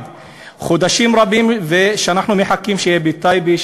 1. חודשים רבים אנחנו מחכים שיהיה בטייבה,